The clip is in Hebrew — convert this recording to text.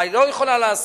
מה היא לא יכולה לעשות.